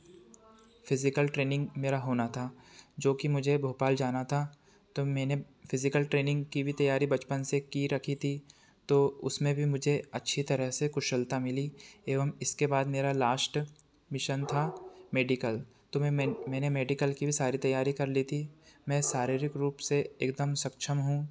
physical training मेरा होना था जो कि मुझे भोपाल जाना था तो मैंने फिज़िकल ट्रेनिंग की भी तैयारी बचपन से की रखी थी तो उसमें भी मुझे अच्छी तरह से कुशलता मिली एवं इसके बाद मेरा लास्ट मिशन था मेडिकल तो मैं मेन मैंने मेडिकल की भी सारी तैयारी कर ली थी मैं शारीरिक रूप से एक दम सक्षम हूँ